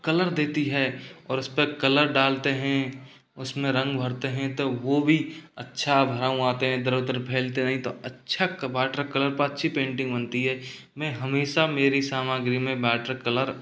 colour देती है और उस पर कलर डालते हैं और उसमें रंग भरते हैं तो वो भी अच्छा रंग आते है इधर उधर फैलते नहीं तो अच्छा वॉटरकलर अच्छी पेंटिंग बनती है मैं हमेशा मेरी सामग्री में वॉटरकलर